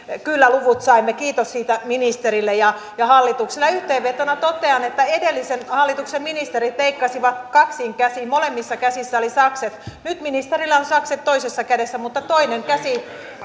kyllä luvut saimme kiitos siitä ministerille ja ja hallitukselle yhteenvetona totean että edellisen hallituksen ministerit leikkasivat kaksin käsin molemmissa käsissä oli sakset nyt ministerillä on sakset toisessa kädessä mutta toinen käsi